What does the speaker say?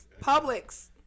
Publix